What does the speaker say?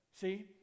See